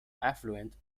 affluent